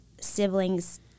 siblings